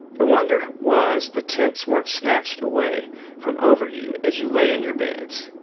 the wonder was the tents weren't snatched away from over you as you lay in your beds.